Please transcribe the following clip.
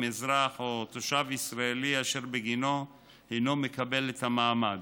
עם אזרח או תושב ישראלי אשר בגינו הינו מקבל את המעמד.